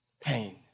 pain